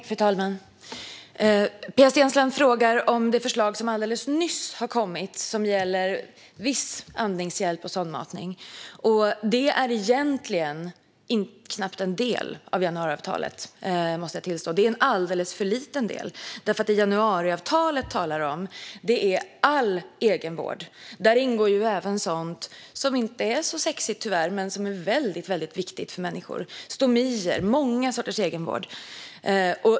Fru talman! Pia Steensland frågar om det förslag som alldeles nyss har kommit som gäller viss andningshjälp och sondmatning. Det är knappt en del av januariavtalet, måste jag tillstå. Det är en alldeles för liten del. Det januariavtalet talar om är all egenvård. Där ingår även sådant som tyvärr inte är så sexigt men som är väldigt viktigt för människor. Det handlar om stomier och många sorters egenvård.